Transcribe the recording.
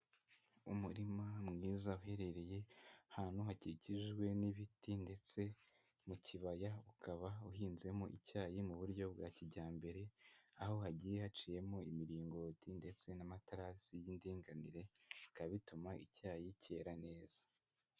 Umurima mwiza uherereye ahantu hakikijwe n'ibiti ndetse mu kibaya ukaba uhinzemo icyayi mu buryo bwa kijyambere, aho hagiye haciyemo imiringoti ndetse n'amaterasi y'indinganire, bikaba bituma icyayi cyera neza.